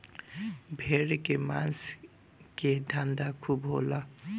भेड़ के मांस के धंधा खूब होला